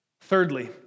Thirdly